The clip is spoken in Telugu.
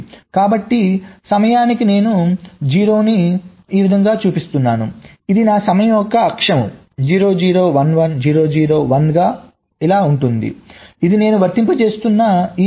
కాబట్టి సమయానికి నేను 0 నేను ఈ విధంగా చూపిస్తున్నాను ఇది నా సమయం యొక్క అక్షం 0 0 1 1 0 0 1 ఇలా ఉంటుంది ఇది నేను వర్తింపజేస్తున్న ఈ నమూనా